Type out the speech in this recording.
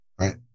right